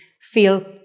feel